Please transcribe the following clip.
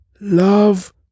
Love